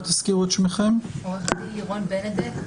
עו"ד לירון בנדק,